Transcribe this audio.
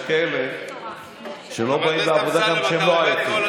יש כאלה שלא באים לעבודה גם כשהם לא עייפים.